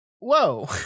Whoa